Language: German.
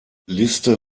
liste